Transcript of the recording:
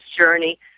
journey